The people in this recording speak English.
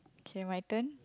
okay my turn